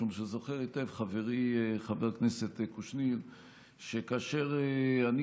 משום שזוכר היטב חברי חבר הכנסת קושניר שכאשר אני